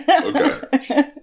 Okay